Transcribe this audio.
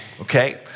Okay